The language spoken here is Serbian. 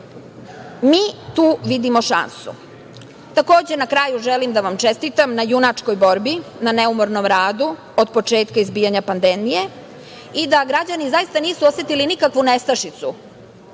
Mi tu vidimo šansu. Takođe, na kraju, želim da vam čestitam na junačkoj borbi, na neumornom radu od početka izbijanja pandemije i da građani nisu osetili zaista nikakvu nestašicu